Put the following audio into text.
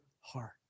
heart